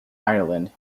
ireland